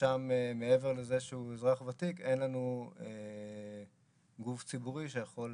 ששם מעבר לזה שהוא אזרח ותיק אין לנו גוף ציבורי שיכול